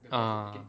ah